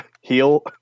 heal